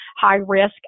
high-risk